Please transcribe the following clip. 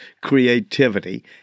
creativity